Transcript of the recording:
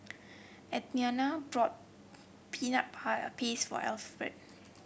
Athena bought Peanut Paste for Alferd